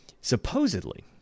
Supposedly